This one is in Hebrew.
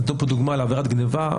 נתנו פה דוגמה לעבירת גניבה,